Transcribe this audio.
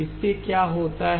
इससे क्या होता है